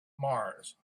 mars